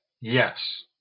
Yes